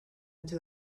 into